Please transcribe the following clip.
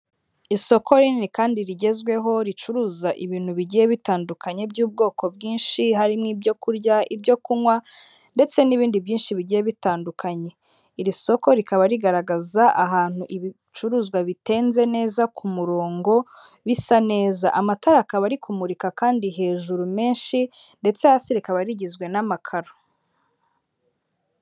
Isoko rinini kandi rigezweho ricuruza ibintu bigiye bitandukanye by'ubwoko bwinshi, harimo ibyo kurya, ibyo kunywa ndetse n'ibindi byinshi bigiye bitandukanye, iri soko rikaba rigaragaza ahantu ibicuruzwa bitenze neza ku murongo bisa neza, amatara akaba ari kumurika kandi hejuru menshi ndetse hasi rikaba rigizwe n'amakaro.